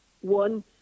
One